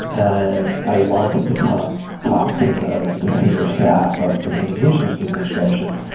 and i wanted to come talk to the senior staff of the human resources administration.